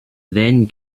then